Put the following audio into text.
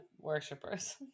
worshippers